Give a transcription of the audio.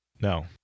no